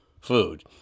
food